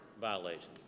violations